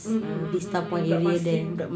mm mm mm mm mm budak marsiling